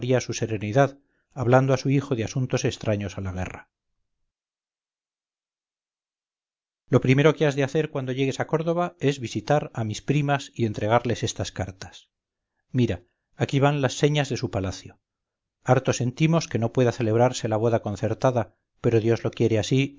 su serenidad hablando a su hijo de asuntos extraños a la guerra lo primero que has de hacer cuando llegues acórdoba es visitar a mis primas y entregarles estas cartas mira aquí van las señas de su palacio harto sentimos que no pueda celebrarse la boda concertada pero dios lo quiere así